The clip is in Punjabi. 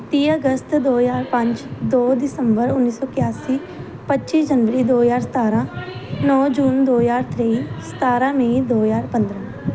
ਤੀਹ ਅਗਸਤ ਦੋ ਹਜ਼ਾਰ ਪੰਜ ਦੋ ਦਿਸੰਬਰ ਉੱਨੀ ਸੌ ਇਕਾਸੀ ਪੱਚੀ ਜਨਵਰੀ ਦੋ ਹਜ਼ਾਰ ਸਤਾਰਾਂ ਨੌਂ ਜੂਨ ਦੋ ਹਜ਼ਾਰ ਤੇਈ ਸਤਾਰਾਂ ਮਈ ਦੋ ਹਜ਼ਾਰ ਪੰਦਰਾਂ